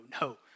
no